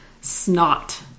snot